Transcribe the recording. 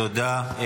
תודה.